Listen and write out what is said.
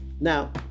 Now